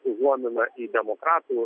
užuomina į demokratų